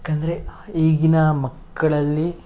ಏಕಂದ್ರೆ ಈಗಿನ ಮಕ್ಕಳಲ್ಲಿ